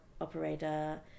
operator